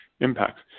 impacts